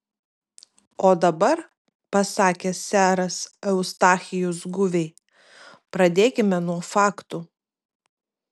o dabar pasakė seras eustachijus guviai pradėkime nuo faktų